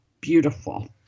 beautiful